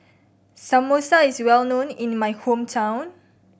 samosa is well known in my hometown